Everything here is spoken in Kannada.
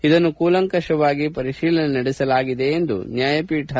ಇದನ್ನು ಕೂಲಂಕಶವಾಗಿ ಪರಿಶೀಲನೆ ನಡೆಸಲಾಗಿದೆ ಎಂದು ನ್ಯಾಯಪೀಠ ತಿಳಿಸಿದೆ